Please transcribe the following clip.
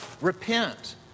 Repent